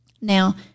Now